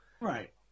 Right